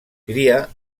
cria